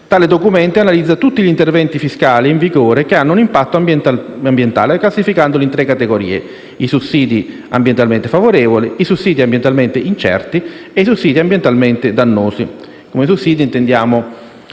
Tale documento analizza tutti gli interventi fiscali in vigore che hanno un impatto ambientale classificandoli in tre categorie: i sussidi ambientalmente favorevoli, i sussidi ambientalmente incerti e i sussidi ambientalmente dannosi. Come sussidi intendiamo